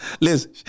listen